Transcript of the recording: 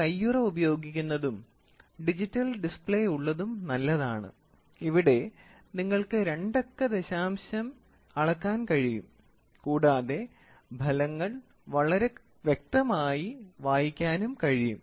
ഒരു കയ്യുറ ഉപയോഗിക്കുന്നതും ഡിജിറ്റൽ ഡിസ്പ്ലേ ഉള്ളതും നല്ലതാണ് ഇവിടെ നിങ്ങൾക്ക് രണ്ടക്ക ദശാംശം അളക്കാൻ കഴിയും കൂടാതെ ഫലങ്ങൾ വളരെ വ്യക്തമായി വായിക്കാനും കഴിയും